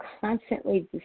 constantly